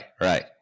Right